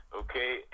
okay